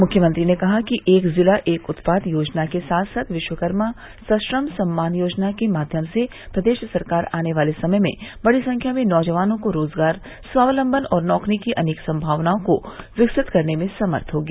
मुख्यमंत्री ने कहा कि एक जिला एक उत्पाद योजना के साथ साथ विश्वकर्मा सश्रम सम्मान योजना के माध्यम से प्रदेश सरकार आने वाले समय में बड़ी संख्या में नौजवानों को रोजगार स्वालम्बन और नौकरी की अनेक संमावनाओं को विकसित करने में समर्थ होगी